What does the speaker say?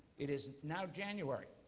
it is now january.